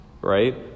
right